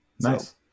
Nice